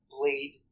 blade